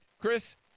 chris